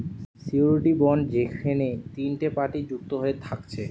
surety bond যেখেনে তিনটে party যুক্ত হয়ে থাকছে